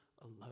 alone